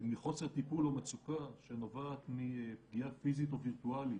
מחוסר טיפול או מצוקה שנובעת מפגיעה פיזית או וירטואלית,